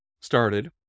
started